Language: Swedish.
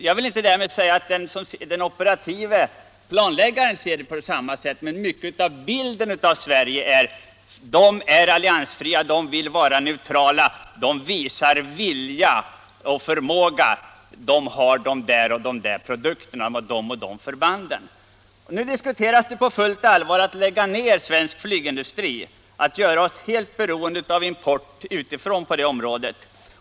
Jag vill därmed inte säga att den operative planläggaren utomlands ser det på samma sätt, men bilden av Sverige är i mycket denna: De är alliansfria, de vill vara neutrala, de visar vilja och förmåga, genom att de skapar egen profil på materiel och förband. Nu diskuteras på fullt allvar att lägga ner svensk flygindustri, att göra Allmänpolitisk debatt 9” Allmänpolitisk debatt oss helt beroende av import utifrån på det området.